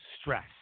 stress